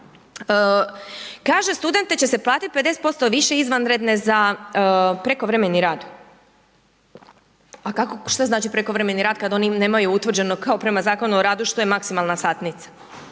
Kaže, studente će se platiti 50% više izvanredne za prekovremeni rad. A što znači prekovremeni rad kad oni nemaju utvrđeno kao prema Zakonu o radu što je maksimalna satnica?